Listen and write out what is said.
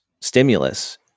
stimulus